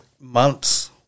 months